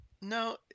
no